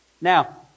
now